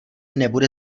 nebude